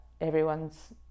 everyone's